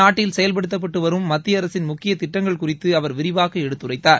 நாட்டில் செயல்படுத்தப்பட்டு வரும் மத்திய அரசின் முக்கிய திட்டங்கள் குறித்து அவர் விரிவாக எடுத்துரைத்தார்